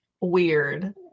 weird